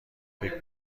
فکر